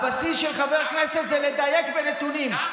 הבסיס של חבר כנסת זה לדייק בנתונים.